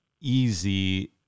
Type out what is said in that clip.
easy